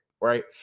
Right